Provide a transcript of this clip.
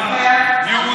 נגד יולי